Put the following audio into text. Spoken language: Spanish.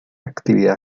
actividad